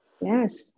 Yes